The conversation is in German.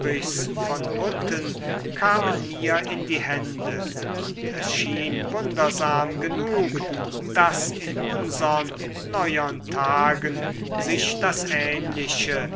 kamen mir in die hände und es schien wundersam genug daß in unsern neuern tagen sich das ähnliche